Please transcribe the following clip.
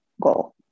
goal